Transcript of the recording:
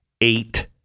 eight